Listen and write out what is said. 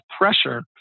pressure